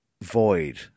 void